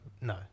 no